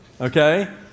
okay